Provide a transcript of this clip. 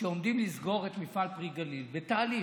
שעומדים לסגור את מפעל פרי הגליל, בתהליך,